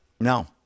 No